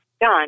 done